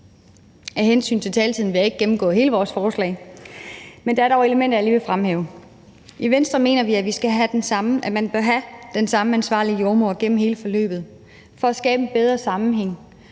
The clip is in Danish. Af hensyn til taletiden vil jeg ikke gennemgå hele vores forslag, men der er dog elementer, jeg lige vil fremhæve. I Venstre mener vi, at man bør have den samme ansvarlige jordemoder gennem hele forløbet for at skabe en bedre sammenhæng